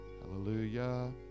Hallelujah